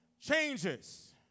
changes